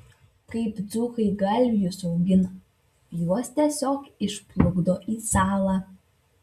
kaip dzūkai galvijus augina juos tiesiog išplukdo į salą